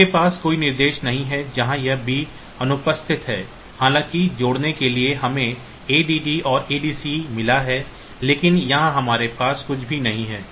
आपके पास कोई निर्देश नहीं है जहां यह B अनुपस्थित है हालांकि जोड़ने के लिए हमें ADD और ADC मिला है लेकिन यहां हमारे पास कुछ भी नहीं है